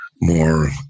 more